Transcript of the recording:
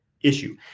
issue